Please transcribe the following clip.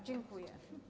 Dziękuję.